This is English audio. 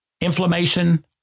inflammation